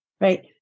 right